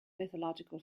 mythological